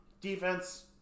Defense